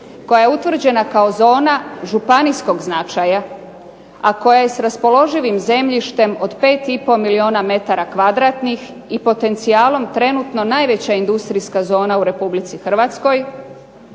koja je utvrđena kao zona županijskog značaja, a koja je s raspoloživim zemljištem od 5 i pol milijuna metara kvadratnih i potencijalom trenutno najveća industrijska zona u Republici Hrvatskoj,